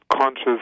conscious